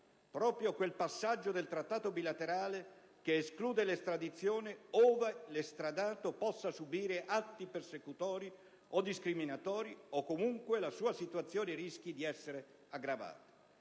proprio quel passaggio del Trattato bilaterale che esclude l'estradizione ove l'estradato possa subire atti persecutori o discriminatori o comunque la sua situazione rischi di essere aggravata.